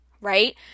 right